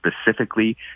specifically